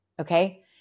Okay